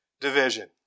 division